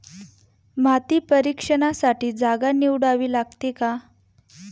माती परीक्षणासाठी जागा निवडावी लागते का?